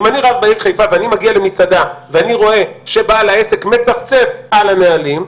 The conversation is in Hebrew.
ואני מגיע למסעדה ואני רואה שבעל העסק מצפצף על הנהלים,